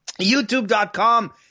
YouTube.com